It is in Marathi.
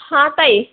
हा ताई